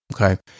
okay